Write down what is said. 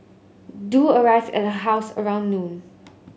du arrived at her house at around noon